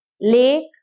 Lake